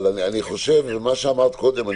לגבי מה שאמרת קודם,